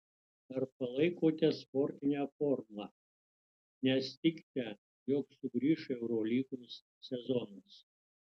ar palaikote sportinę formą nes tikite jog sugrįš eurolygos sezonas